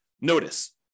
Notice